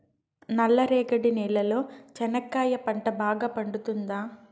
నల్ల రేగడి నేలలో చెనక్కాయ పంట బాగా పండుతుందా?